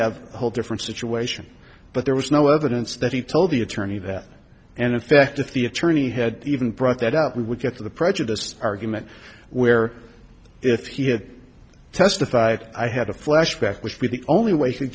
have a whole different situation but there was no evidence that he told the attorney that and in fact if the attorney had even brought that up we would get the prejudiced argument where if he had testified i had a flashback which we the only way